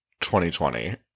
2020